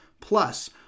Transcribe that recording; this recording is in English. Plus